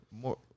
More